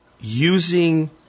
using